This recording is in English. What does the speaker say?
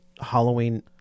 Halloween